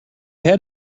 had